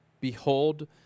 behold